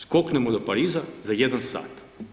Skoknemo do Pariza za 1 sat.